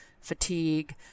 fatigue